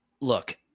Look